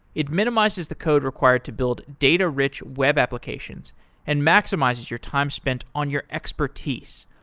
it minimizes the code required to build data-rich web applications and maximizes your time spent on your expertise.